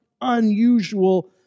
unusual